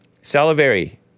salivary